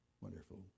Wonderful